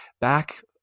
Back